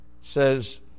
says